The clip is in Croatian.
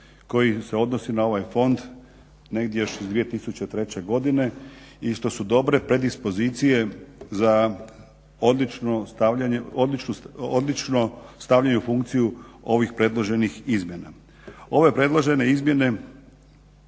koji se odnosi na ovaj fond negdje još iz 2003. godine i što su dobre predispozicije i odlično stavljaju u funkciju ovih predloženih izmjena. Ove predložene izmjene